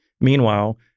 Meanwhile